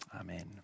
amen